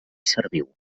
serviu